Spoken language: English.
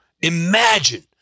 imagine